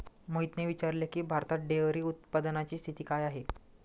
मोहितने विचारले की, भारतात डेअरी उत्पादनाची स्थिती काय आहे?